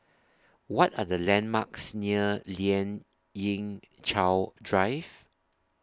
What Are The landmarks near Lien Ying Chow Drive